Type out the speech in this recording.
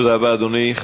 תודה רבה, אדוני.